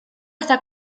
está